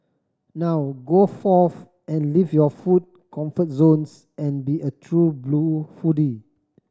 now go forth and leave your food comfort zones and be a true blue foodie